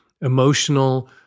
emotional